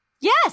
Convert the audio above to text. Yes